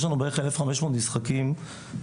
יש לנו בערך אלף חמש מאות משחקים בשבוע.